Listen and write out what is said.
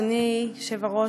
אדוני היושב-ראש,